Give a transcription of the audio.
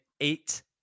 eight